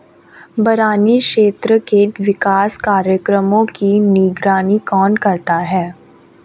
बरानी क्षेत्र के विकास कार्यक्रमों की निगरानी कौन करता है?